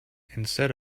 instead